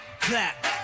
clap